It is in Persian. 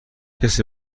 کسی